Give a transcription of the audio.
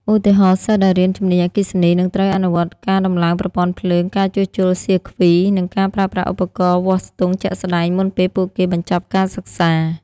ឧទាហរណ៍ សិស្សដែលរៀនជំនាញអគ្គិសនី នឹងត្រូវអនុវត្តការតំឡើងប្រព័ន្ធភ្លើង ការជួសជុលសៀគ្វី និងការប្រើប្រាស់ឧបករណ៍វាស់ស្ទង់ជាក់ស្តែង មុនពេលពួកគេបញ្ចប់ការសិក្សា។